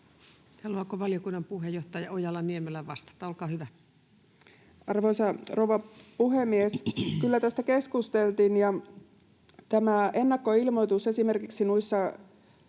Haluaako valiokunnan puheenjohtaja Ojala-Niemelä vastata? — Olkaa hyvä. Arvoisa rouva puhemies! Kyllä tästä keskusteltiin. Tämän ennakkoilmoituksen esimerkiksi noissa